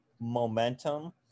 Momentum